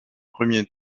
premiers